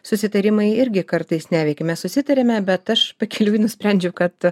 susitarimai irgi kartais neveikia mes susitariame bet aš pakeliui nusprendžiu kad